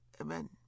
Amen